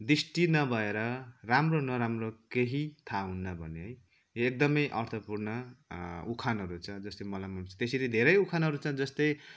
दृष्टि नभएर राम्रो नराम्रो केही थाहा हुन्न भन्ने है एकदमै अर्थपूर्ण उखानहरू छ जसरी मलाई मन पर्छ त्यसरी धेरै उखानहरू छ जस्तै